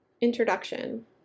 Introduction